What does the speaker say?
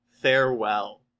Farewell